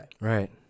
Right